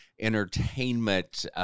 entertainment